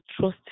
trust